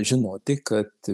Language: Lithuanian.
žinoti kad